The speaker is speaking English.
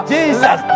Jesus